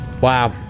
Wow